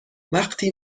وقتی